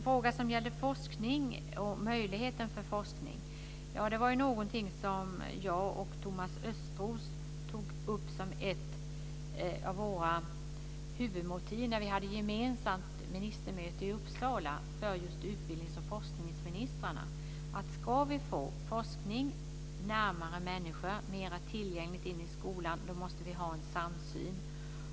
Frågan om möjligheten till forskning tog Thomas Östros och jag upp som en av våra huvudfrågor när vi hade ett gemensamt ministerrådsmöte i Uppsala för utbildnings och forskningsministrarna. Vi sade att om vi ska få forskningen närmare människor, mer tillgänglig i skolan, måste vi ha en samsyn.